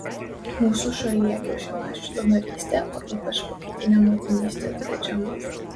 mūsų šalyje kiaušialąsčių donorystė o ypač pakaitinė motinystė draudžiama